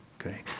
okay